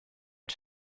het